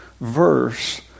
verse